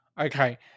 Okay